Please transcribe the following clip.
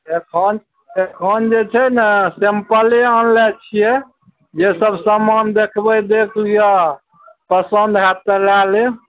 एखन एखन जे छै ने सेम्पले आनलय छियै जे सब सामान देखबय देख लिअ पसन्द हैत तऽ लए लेब